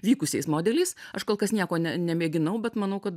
vykusiais modeliais aš kol kas nieko ne nemėginau bet manau kad